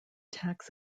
tax